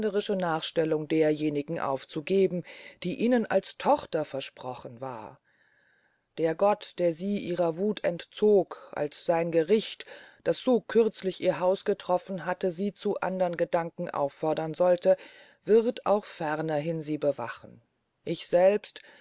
nachstellung derjenigen aufzugeben die ihnen als tochter versprochen war der gott der sie ihrer wuth entzog als sein gericht das so kürzlich ihr haus betroffen hatte sie zu andern gedanken auffordern sollte wird auch fernerhin sie bewachen ich selbst